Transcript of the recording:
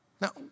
Now